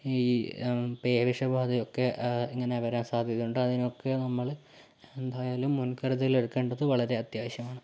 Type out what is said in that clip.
ഈ പേവിഷ ബാധയൊക്കെ ഇങ്ങനെ വരാൻ സാധ്യതയുണ്ട് അതിനൊക്കെ നമ്മൾ എന്തായാലും മുൻകരുതൽ എടുക്കേണ്ടത് വളരെ അതാവശ്യമാണ്